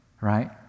right